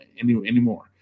anymore